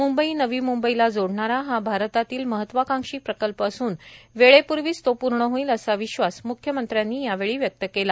मुंबई नवी मुंबईला जोडणारा हा भारतातील महत्वाकांक्षी प्रकल्प असून वेळेपूर्वीच तो पूर्ण होईल असा विश्वास मुख्यमंत्र्यांनी यावेळी व्यक्त केला